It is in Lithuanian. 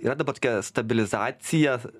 yra dabar tokia stabilizacija